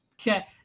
Okay